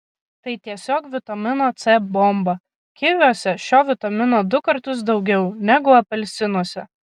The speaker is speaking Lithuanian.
tai tiesiog vitamino c bomba kiviuose šio vitamino du kartus daugiau negu apelsinuose